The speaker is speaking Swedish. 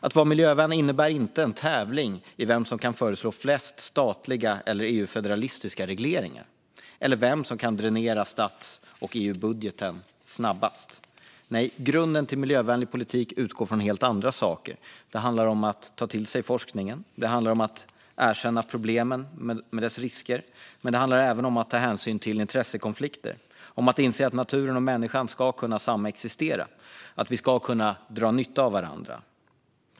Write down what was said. Att vara miljövän innebär inte en tävling i vem som kan föreslå flest statliga eller EU-federalistiska regleringar eller vem som kan dränera stats och EU-budgeten snabbast. Nej, grunden till miljövänlig politik utgår från helt andra saker. Det handlar om att ta till sig forskningen, det handlar om att erkänna problemen med deras risker och det handlar även om att ta hänsyn till intressekonflikter. Det handlar om att inse att naturen och människan ska kunna samexistera och att vi ska kunna dra nytta av varandra.